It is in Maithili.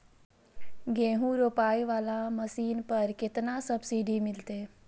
गेहूं रोपाई वाला मशीन पर केतना सब्सिडी मिलते?